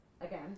again